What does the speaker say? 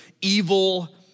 Evil